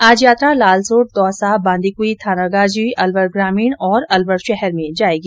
आज यात्रा लालसोट दौसा बांदीकुई थानागाजी अलवर ग्रामीण और अलवर शहर में जायेगी